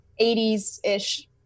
80s-ish